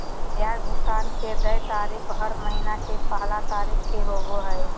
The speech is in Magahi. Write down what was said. ब्याज भुगतान के देय तिथि हर महीना के पहला तारीख़ के होबो हइ